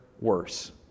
worse